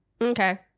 Okay